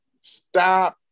stop